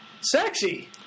Sexy